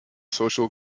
social